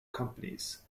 companies